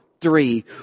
three